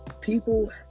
people